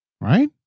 Right